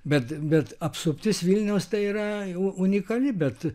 bet bet apsuptis vilniaus tai yra jau unikali bet